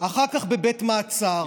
אחר כך, בבית מעצר.